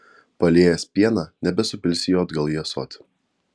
paliejęs pieną nebesupilsi jo atgal į ąsotį